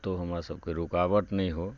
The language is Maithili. कतौ हमरा सबके रूकावट नहि हो